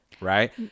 right